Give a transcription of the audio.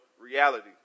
reality